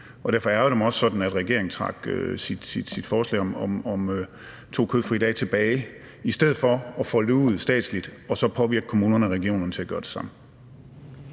Derfor ærgrede det mig også sådan, at regeringen trak sit forslag om to kødfrie dage tilbage i stedet for at folde det ud statsligt og så påvirke kommunerne og regionerne til at gøre det samme.